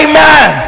Amen